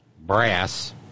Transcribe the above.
brass